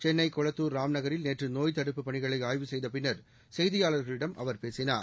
சென்னை கொளத்தூர் ராம்நகரில் நேற்று நோய்த் தடுப்புப் பணிகளை ஆய்வு செய்த பின்னர் செய்தியாளர்களிடம் அவர் பேசினார்